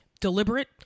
deliberate